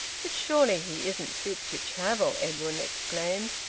but surely he isn't fit to travel? edwin exclaimed.